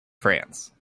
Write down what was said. france